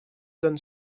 donne